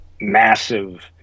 massive